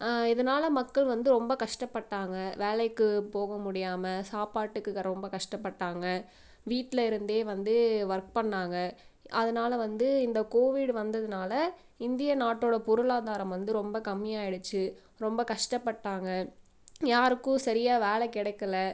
இதனால் மக்கள் வந்து ரொம்ப கஷ்டப்பட்டாங்க வேலைக்குப் போக முடியாமல் சாப்பாட்டுக்கு ரொம்ப கஷ்டப்பட்டாங்க வீட்டில் இருந்தே வந்து ஒர்க் பண்ணாங்க அதனால் வந்து இந்த கோவிட் வந்ததினால இந்திய நாட்டோடய பொருளாதாரம் வந்து ரொம்ப கம்மியாக ஆயிடுச்சி ரொம்ப கஷ்டப்பட்டாங்க யாருக்கும் சரியாக வேலை கிடைக்கல